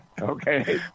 Okay